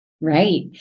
Right